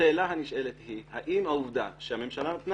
השאלה הנשאלת היא האם העובדה שהממשלה נתנה